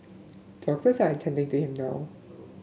doctors are attending to him now